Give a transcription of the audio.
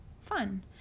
fun